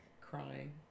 crying